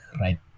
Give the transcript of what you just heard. right